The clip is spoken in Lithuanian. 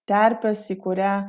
terpės į kurią